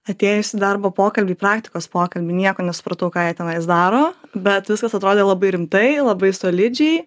atėjus į darbo pokalbį į praktikos pokalbį nieko nesupratau ką jie tenais daro bet viskas atrodė labai rimtai labai solidžiai